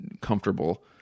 comfortable